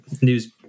news